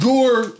Gore